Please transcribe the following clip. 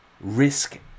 risk